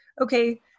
okay